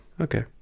Okay